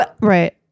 Right